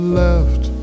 left